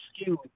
skewed